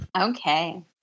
okay